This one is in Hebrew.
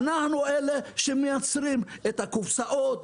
אבל אנחנו אלה שמייצרים את הקופסאות,